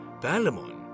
Palamon